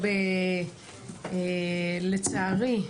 לצערי,